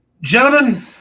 Gentlemen